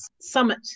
Summit